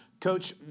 Coach